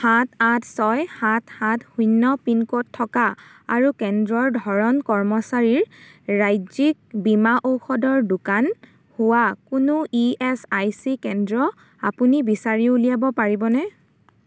সাত আঠ ছয় সাত সাত শূন্য পিনক'ড থকা আৰু কেন্দ্ৰৰ ধৰণ কৰ্মচাৰীৰ ৰাজ্যিক বীমা ঔষধৰ দোকান হোৱা কোনো ই এছ আই চি কেন্দ্ৰ আপুনি বিচাৰি উলিয়াব পাৰিবনে